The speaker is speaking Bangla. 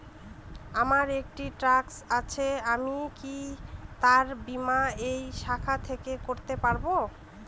আমার একটি ট্র্যাক্টর আছে আমি কি তার বীমা এই শাখা থেকে করতে পারব?